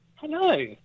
Hello